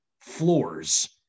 floors